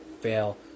fail